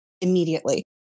immediately